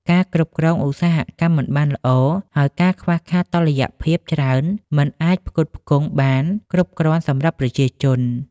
ការគ្រប់គ្រងឧស្សាហកម្មមិនបានល្អ ហើយការខ្វះខាតតុល្យភាពច្រើនមិនអាចផ្គត់ផ្គង់បានគ្រប់គ្រាន់សម្រាប់ប្រជាជន។